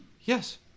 Yes